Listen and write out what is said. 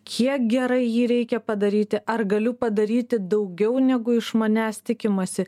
kiek gerai jį reikia padaryti ar galiu padaryti daugiau negu iš manęs tikimasi